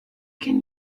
can